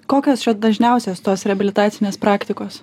kokios čia dažniausios tos reabilitacinės praktikos